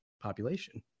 population